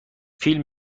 فیلم